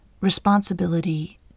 responsibility